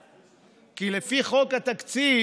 כי לפי חוק התקציב